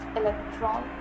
electron